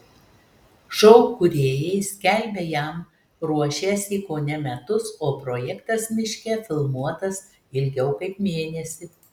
šou kūrėjai skelbia jam ruošęsi kone metus o projektas miške filmuotas ilgiau kaip mėnesį